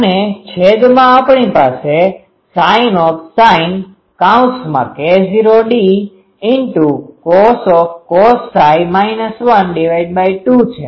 અને છેદમાં આપણી પાસે sin K૦d2 છે